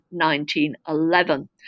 1911